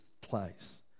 place